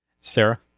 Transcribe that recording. Sarah